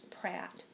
Pratt